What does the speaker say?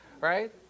right